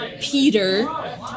Peter